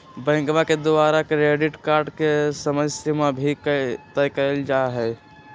बैंकवा के द्वारा क्रेडिट कार्ड के समयसीमा भी तय कइल जाहई